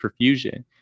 perfusion